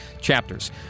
chapters